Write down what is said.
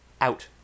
out